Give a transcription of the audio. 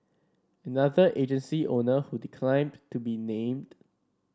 another agency owner who declined to be named